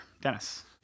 Dennis